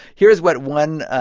here's what one